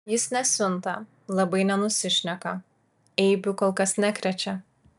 jis nesiunta labai nenusišneka eibių kol kas nekrečia